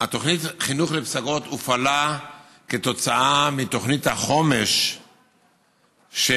התוכנית חינוך לפסגות הופעלה כתוצאה מתוכנית החומש של